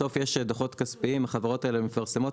בסוף יש דו"חות כספיים שהחברות מפרסמות,